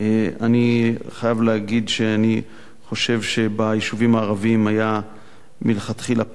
אני חייב להגיד שאני חושב שביישובים הערביים היה מלכתחילה פער